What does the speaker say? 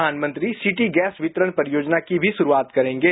प्रधानमंत्री city gas वितरण परियोजना की शुरुआत भी करेंगे